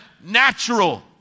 natural